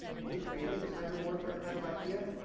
and who created this hybrid warfare kind of idea?